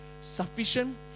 sufficient